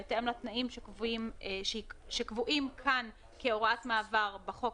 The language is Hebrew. בהתאם לתנאים שקבועים כאן כהוראת מעבר בחוק